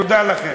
תודה לכם.